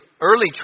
early